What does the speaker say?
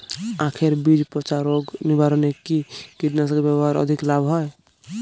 আঁখের বীজ পচা রোগ নিবারণে কি কীটনাশক ব্যবহারে অধিক লাভ হয়?